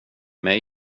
mig